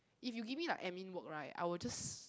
if you give me like admin work right I will just